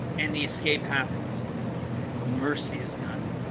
and the escape happens mercy is done